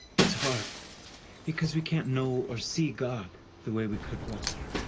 it's hard because we can't know or see god the way we could walter.